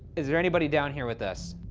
is there anybody down here with us?